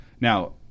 Now